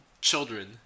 children